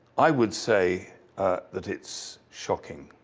i would say that it's shocking.